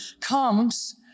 comes